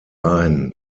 ein